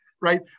right